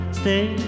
stay